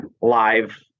live